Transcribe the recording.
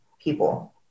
people